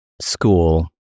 school